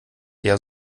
eher